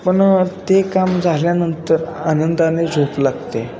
पण ते काम झाल्यानंतर आनंदाने झोप लागते